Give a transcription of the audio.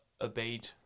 obeyed